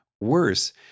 Worse